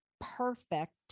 perfect